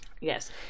Yes